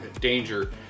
danger